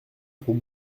pour